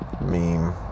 meme